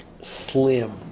slim